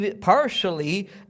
partially